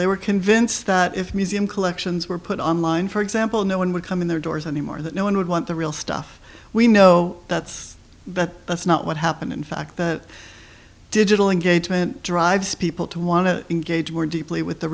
they were convinced that if museum collections were put online for example no one would come in their doors anymore that no one would want the real stuff we know that's but that's not what happened in fact that digital engagement drives people to want to engage more deeply with the